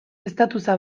statusa